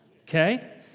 Okay